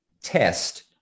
test